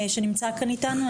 שנמצא כאן איתנו,